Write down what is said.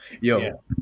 Yo